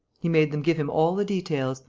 he made them give him all the details,